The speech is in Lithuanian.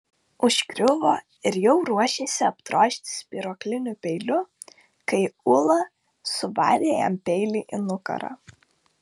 užgriuvo ir jau ruošėsi apdrožti spyruokliniu peiliu kai ula suvarė jam peilį į nugarą